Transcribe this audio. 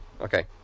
okay